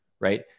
right